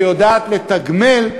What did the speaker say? שיודעת לתגמל,